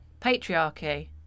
Patriarchy